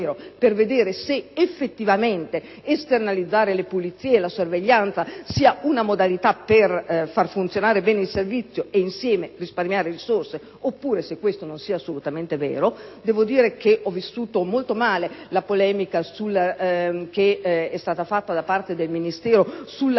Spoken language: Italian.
per vedere se, effettivamente, esternalizzare le pulizie e la sorveglianza sia una modalità per far funzionare bene il servizio e, insieme, risparmiare risorse o se questo non sia assolutamente vero. Devo dire di aver vissuto molto male la polemica del Ministero sulla